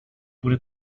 wurde